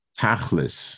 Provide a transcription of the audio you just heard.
tachlis